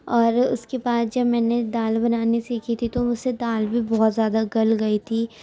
اور اُس کے بعد جب میں نے دال بنانی سیکھی تھی تو مجھ سے دال بھی بہت زیادہ گل گئی تھی